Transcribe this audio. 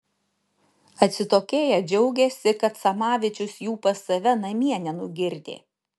atsitokėję džiaugėsi kad samavičius jų pas save namie nenugirdė